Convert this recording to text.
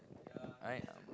I